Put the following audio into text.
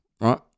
right